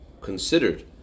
considered